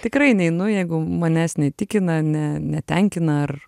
tikrai neinu jeigu manęs neįtikina ne netenkina ar